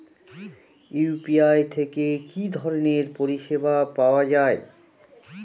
UPI থেকে কি ধরণের পরিষেবা পাওয়া য়ায়?